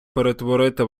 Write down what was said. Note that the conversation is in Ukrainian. перетворити